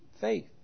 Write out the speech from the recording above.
faith